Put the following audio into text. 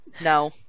No